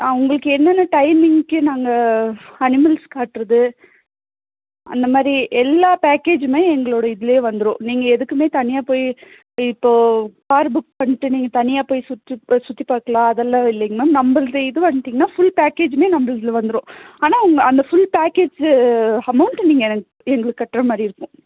ஆ உங்களுக்கு என்னன்ன டைமிங்க்கு நாங்கள் அனிமல்ஸ் காட்டுறது அந்தமாதிரி எல்லா பேக்கேஜூமே எங்களோட இதுலையே வந்துரும் நீங்கள் எதுக்குமே தனியாக போய் இப்போ கார் புக் பண்ணிட்டு நீங்கள் தனியாக போய் சுற்றி சுற்றி பார்க்கலாம் அதெல்லாம் இல்லைங்க மேம் நம்புள்து இது வந்துட்டீங்கனா ஃபுல் பேக்கேஜுமே நம்புளுதில் வந்துரும் ஆனால் அந்த ஃபுல் பேக்கேஜி அமௌண்ட் நீங்கள் எனக் எங்களுக்கு கட்டுற மாதிரி இருக்கும்